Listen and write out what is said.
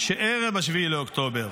שערב 7 באוקטובר